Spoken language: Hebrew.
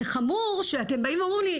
זה חמור שאתם באים ואומרים לי,